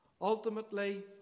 Ultimately